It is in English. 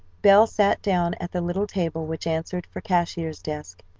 belle sat down at the little table which answered for cashier's desk.